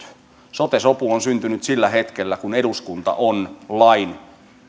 sote sopu on syntynyt sillä hetkellä kun eduskunta on lain